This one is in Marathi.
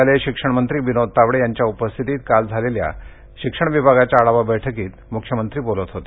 शालेय शिक्षणमंत्री विनोद तावडे यांच्या उपस्थितीत काल झालेल्या शालेय शिक्षण विभागाच्या आढावा बैठकीत मुख्यमंत्री बोलत होते